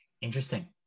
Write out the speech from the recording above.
interesting